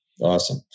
Awesome